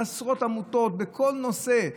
עשרות עמותות בכל נושא.